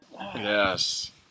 Yes